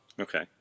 Okay